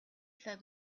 fell